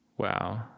Wow